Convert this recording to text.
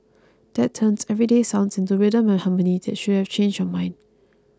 that turns everyday sounds into rhythm and harmony should have changed your mind